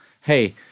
Hey